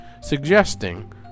suggesting